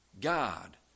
God